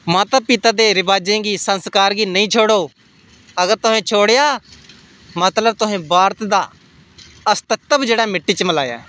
माता पिता दे रवाजें गी स्संकारें गी नेईं छोड़ो अगर तुसें छोड़ेआ मतलब तुसें भारत दा अस्तित्व जेह्ड़ा मिट्टी च मलाया